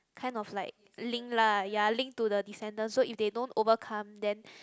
kind of like link lah ya link to the descendant so if they don't overcome then